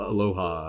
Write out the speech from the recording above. Aloha